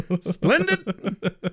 Splendid